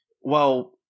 well-